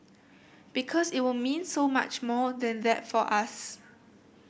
because it will mean so much more than that for us